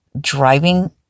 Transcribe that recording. driving